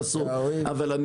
אבל,